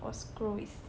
我 scroll 一下